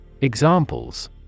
Examples